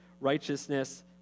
righteousness